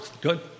Good